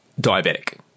diabetic